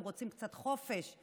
הם רוצים קצת חופש,